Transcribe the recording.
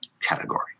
category